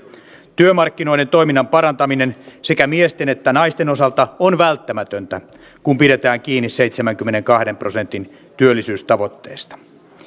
työmarkkinoiden toiminnan parantaminen sekä miesten että naisten osalta on välttämätöntä kun pidetään kiinni seitsemänkymmenenkahden prosentin työllisyystavoitteesta